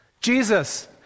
Jesus